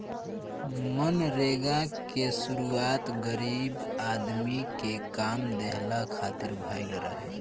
मनरेगा के शुरुआत गरीब आदमी के काम देहला खातिर भइल रहे